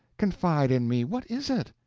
confide in me. what is it?